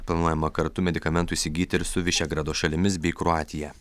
planuojama kartu medikamentų įsigyti ir su višegrado šalimis bei kroatija